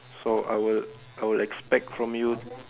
so I will I will expect from you